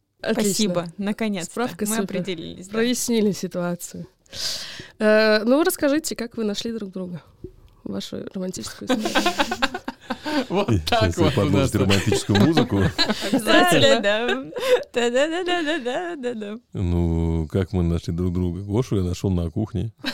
Отлично. Спасибо. Наконец-то. Справка Мы супер. определились, да. Прояснили ситуацию. Э, ну, расскажите, как вы нашли друг друга? Вашу романтическую историю. Вот Я так сейчас себе вот у подложу нас эту тут. романтическую музыку. Обязательно. Да-ля-дам. Да-да-да-да-да-да-да-да. Ну, как мы нашли друг друга? Гошу я нашел на кухне.